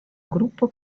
gruppo